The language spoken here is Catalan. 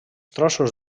trossos